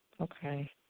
Okay